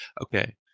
okay